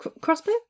crossbow